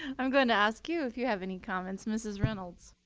i'm going to ask you if you have any comments. mrs. reynolds.